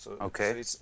Okay